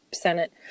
Senate